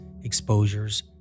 exposures